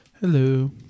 hello